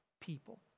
people